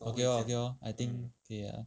okay okay lor I think 可以 lah